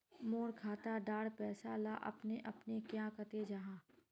मोर खाता डार पैसा ला अपने अपने क्याँ कते जहा?